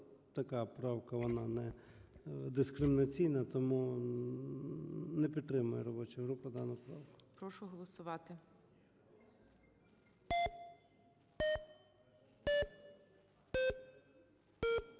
така правка, вона дискримінаційна, тому не підтримує робоча група дану правку. ГОЛОВУЮЧИЙ. Прошу голосувати.